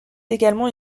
également